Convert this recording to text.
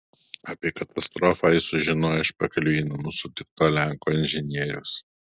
apie katastrofą jis sužinojo iš pakeliui į namus sutikto lenko inžinieriaus